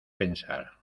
pensar